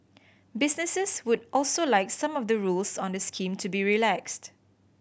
businesses would also like some of the rules on the scheme to be relaxed